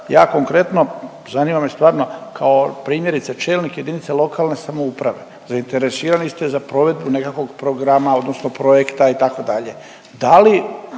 ja konkretno zanima me stvarno kao primjerice čelnik jedinice lokalne samouprave zainteresirani ste za provedbu nekakvog programa odnosno projekta itd.